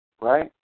right